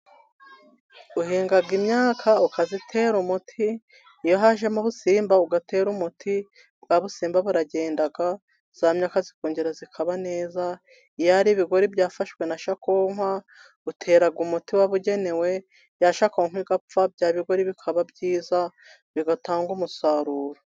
Uhinga imyaka ukayitera umuti iyo hajemo ubusirimba ugatera umuti bwa busimba baragenda yamyaka ikongera ikaba neza, iyo ari ibigori byafashwe na shokonkwa utera umuti wababugenewe yashokonkwa igapfa bya bigori bikaba byiza bigatanga umusaruro.